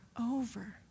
over